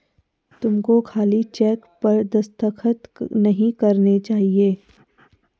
तुमको खाली चेक पर दस्तखत नहीं करने चाहिए